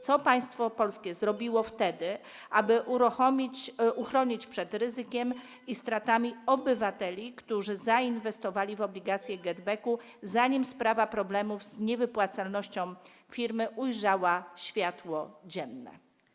Co państwo polskie wtedy zrobiło, aby uchronić przed ryzykiem i stratami obywateli, którzy zainwestowali w obligacje GetBack, zanim sprawa problemów z niewypłacalnością firmy ujrzała światło dzienne?